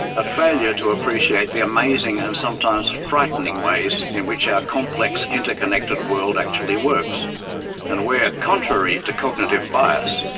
a failure to appreciate the amazing and sometimes frightening ways in which our complex, interconnected world actually works and where, contrary to cognitive bias,